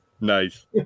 Nice